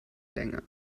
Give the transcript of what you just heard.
länger